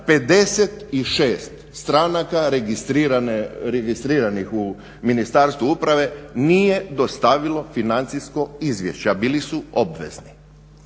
56 stranaka registriranih u Ministarstvu uprave nije dostavilo financijsko izvješće, a bili su obvezni.